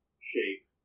shape